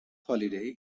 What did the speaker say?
holiday